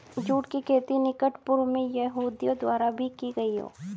जुट की खेती निकट पूर्व में यहूदियों द्वारा भी की गई हो